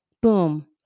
boom